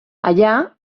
allà